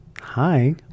Hi